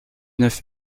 neuf